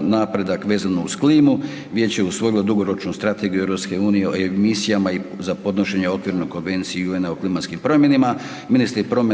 napredak vezano uz klimu, vijeće je usvojilo dugoročnu strategiju EU o emisijama za podnošenje okvirno konvenciji UN-a o klimatskim promjenama.